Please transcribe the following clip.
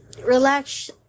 relax